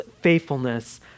faithfulness